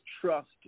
trust